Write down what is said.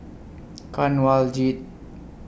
Kanwaljit